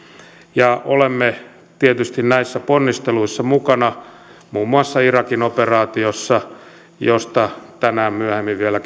ja olemme tietysti näissä ponnisteluissa mukana muun muassa irakin operaatiossa josta tänään myöhemmin vielä